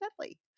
Deadly